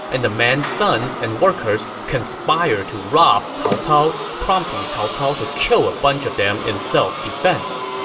and the man's sons and workers conspired to rob cao cao, prompting cao cao to kill a bunch of them in self-defense.